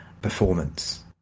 performance